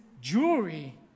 jewelry